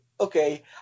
Okay